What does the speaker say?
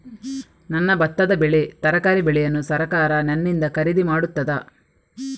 ನನ್ನ ಭತ್ತದ ಬೆಳೆ, ತರಕಾರಿ ಬೆಳೆಯನ್ನು ಸರಕಾರ ನನ್ನಿಂದ ಖರೀದಿ ಮಾಡುತ್ತದಾ?